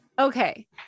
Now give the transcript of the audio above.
Okay